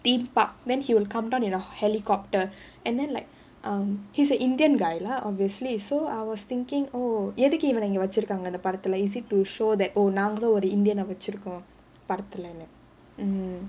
theme park then he will come down in a helicopter and then like um he's a indian guy lah obviously so I was thinking oh எதுக்கு இவன இங்க வெச்சிருக்காங்க இந்த படத்துல:edhukku ivana inga vechurukaanga intha padathulla is it to show that oh நாங்களும் ஒரு:naangalum oru indian வெச்சுருக்கோம்:vechurukkom hmm